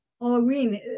Halloween